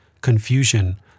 confusion